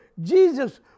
Jesus